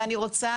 ואני רוצה